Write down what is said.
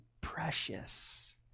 precious